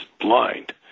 blind